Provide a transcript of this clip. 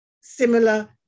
similar